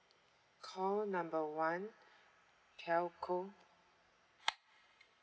call number one telco